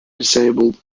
disabled